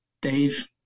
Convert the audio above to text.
dave